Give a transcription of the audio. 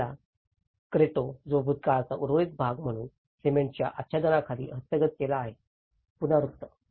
पहिला क्रेट्टो जो भूतकाळाचा उर्वरित भाग म्हणून सिमेंटच्या आच्छादनाखाली हस्तगत केला आहे पुरातत्व पुरातत्व